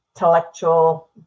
intellectual